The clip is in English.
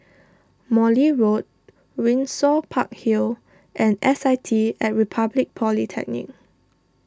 Morley Road Windsor Park Hill and S I T at Republic Polytechnic